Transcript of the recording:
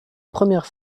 première